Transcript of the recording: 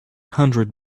hundred